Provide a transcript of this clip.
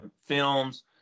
films